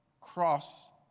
cross